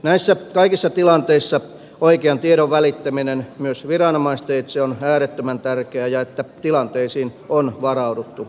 näissä kaikissa tilanteissa oikean tiedon välittäminen myös viranomaisteitse on äärettömän tärkeää ja se että tilanteisiin on varauduttu etukäteen